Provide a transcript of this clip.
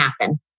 happen